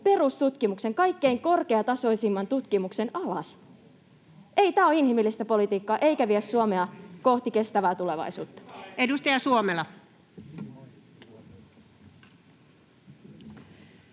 perustutkimuksen, kaikkein korkeatasoisimman tutkimuksen, alas. Ei tämä ole inhimillistä politiikkaa eikä vie Suomea kohti kestävää tulevaisuutta. [Speech